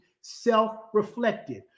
self-reflective